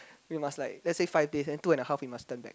you must like let's say five days then two and a half we must turn back